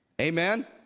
Amen